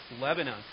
Lebanon